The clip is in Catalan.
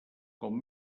com